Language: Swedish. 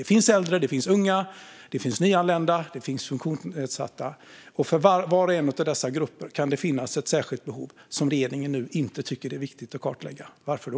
Det finns äldre, det finns unga, det finns nyanlända och funktionsnedsatta, och för var och en av dessa grupper kan det finnas ett särskilt behov som regeringen nu inte tycker att det är viktigt att kartlägga. Varför då?